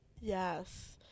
Yes